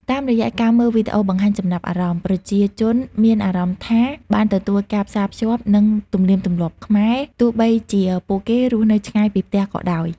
តាមរយៈការមើលវីដេអូបង្ហាញចំណាប់អារម្មណ៍ ប្រជាជនមានអារម្មណ៍ថាបានទទួលការផ្សាភ្ជាប់នឹងទំនៀមទម្លាប់ខ្មែរ ទោះបីជាពួកគេរស់នៅឆ្ងាយពីផ្ទះក៏ដោយ។